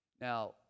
Now